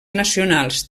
nacionals